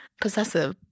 possessive